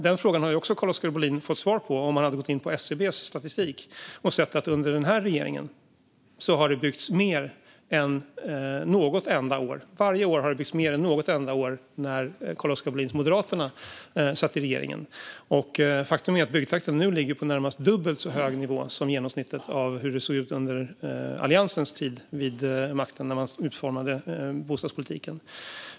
Den frågan hade Carl-Oskar Bohlin också fått svar på om han hade tittat på SCB:s statistik. Då hade han sett att det varje år under den här regeringen har byggts mer än något enda år när Carl-Oskar Bohlins Moderaterna suttit i regering. Faktum är att byggtakten nu ligger på en närmast dubbelt så hög nivå som genomsnittet under Alliansens tid vid makten, när de utformade bostadspolitiken.